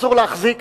אסור להחזיק,